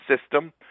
system